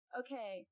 okay